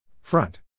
Front